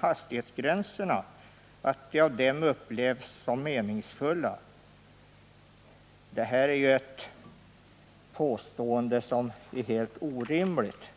hastighetsgränserna att de av dem upplevs som meningsfulla”. Det är ett påstående som är helt orimligt.